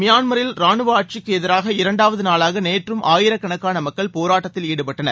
மியான்மரில் ரானுவ ஆட்சிக்கு எதிராக இரண்டாவது நாளாக நேற்றும் ஆயிரக்கணக்கான மக்கள் போராட்டத்தில் ஈடுபட்டனர்